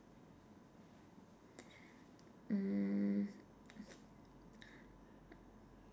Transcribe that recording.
mm